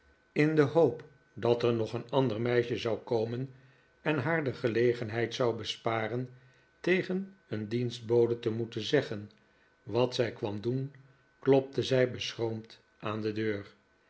in de hoop dat er nog een ander meisje zou komen en haar de verlegenheid zou besparen tegen een dienstbode te moeten zeggen wat zij kwam doen klopte zij beschroomd aan de deur